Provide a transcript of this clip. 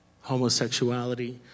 homosexuality